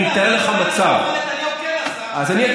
בסדר, אין